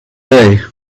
day